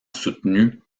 soutenu